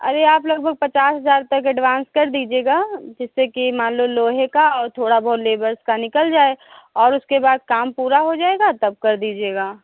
अरे आप लगभग पचास हज़ार तक एडवांस कर दीजिएगा जिससे कि मान लो लोहे का और थोड़ा बहुत लेबर का निकल जाए और उसके बाद काम पूरा हो जाएगा तब कर दीजिएगा